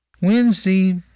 Wednesday